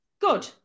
Good